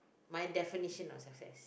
my definition of success